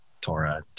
Torah